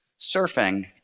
Surfing